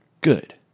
Good